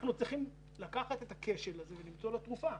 אנחנו צריכים לקחת את הכשל הזה ולמצוא לו תרופה.